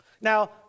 Now